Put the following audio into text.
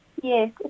Yes